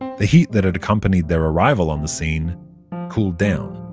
the heat that had accompanied their arrival on the scene cooled down,